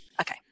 Okay